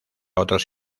otros